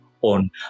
on